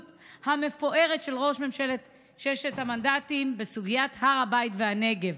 המפוארת של ראש ממשלת ששת המנדטים בסוגיית הר הבית והנגב.